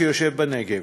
שיושב בנגב.